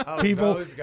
people